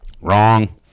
Wrong